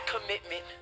commitment